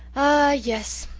ah yes,